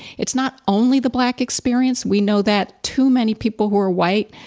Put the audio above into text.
it's not only the black experience, we know that too many people who are white,